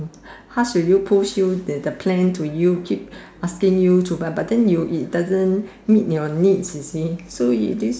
harsh to you push you the the plan to you keep asking you to but but then you you it doesn't meet your needs you see so you this